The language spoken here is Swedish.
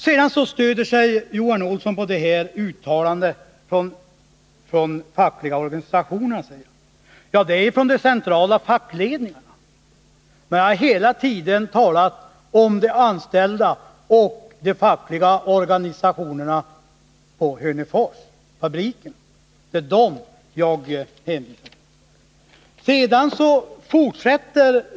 Johan Olsson stöder sig på ett uttalande från de fackliga organisationerna, säger han. Ja, men det är ett uttalande från de centrala fackledningarna, och han har hela tiden talat om de anställda och om de fackliga organisationerna i Hörneforsfabriken. Det är dem jag hänvisar till.